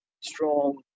strong